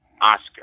Oscar